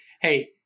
Hey